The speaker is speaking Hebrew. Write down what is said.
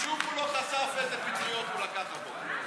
ושוב הוא לא חשף איזה פטריות הוא לקח הבוקר.